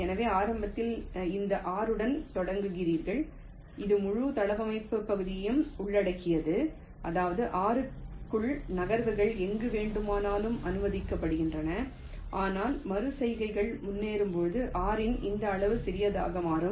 எனவே ஆரம்பத்தில் நீங்கள் இந்த R உடன் தொடங்குகிறீர்கள் இது முழு தளவமைப்பு பகுதியையும் உள்ளடக்கியது அதாவது R க்குள் நகர்வுகள் எங்கு வேண்டுமானாலும் அனுமதிக்கப்படுகின்றன ஆனால் மறு செய்கைகள் முன்னேறும்போது R இன் இந்த அளவு சிறியதாக மாறும்